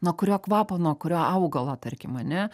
nuo kurio kvapo nuo kurio augalo tarkim ane